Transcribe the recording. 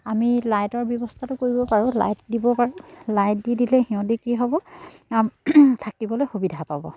আমি লাইটৰ ব্যৱস্থাটো কৰিব পাৰোঁ লাইট দিব পাৰোঁ লাইট দি দিলে সিহঁতে কি হ'ব থাকিবলৈ সুবিধা পাব